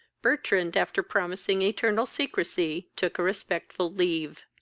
bertrand, after promising eternal secrecy, took a respectful leave.